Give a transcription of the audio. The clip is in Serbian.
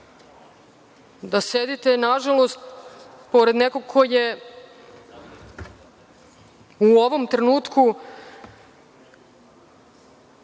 da sedite, nažalost, pored nekog ko je u ovom trenutku